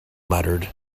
muttered